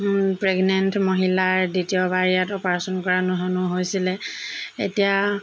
pregnant মহিলাৰ দ্বিতীয়বাৰ ইয়াত অপাৰেশ্যন কৰা নহৈছিলে এতিয়া